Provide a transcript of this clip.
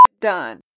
done